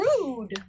rude